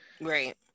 Right